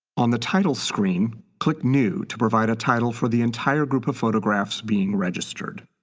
on the titles screen, click new to provide a title for the entire group of photographs being registered.